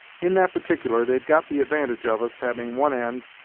in that particular they've got the advantage of us, having one end,